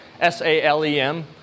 S-A-L-E-M